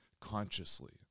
consciously